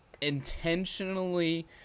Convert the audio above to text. intentionally